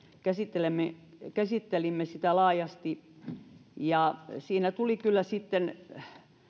käsittelimme sitä laajasti ja siinä tuli kyllä sitten